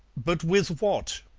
but with what?